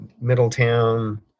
Middletown